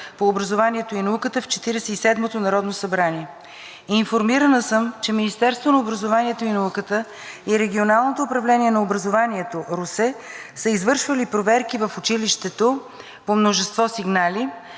по образованието и науката в Четиридесет и седмото народно събрание. Информирана съм, че Министерството на образованието и науката и Регионалното управление на образованието – Русе, са извършвали проверки в училището по множество сигнали.